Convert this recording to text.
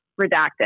Redacted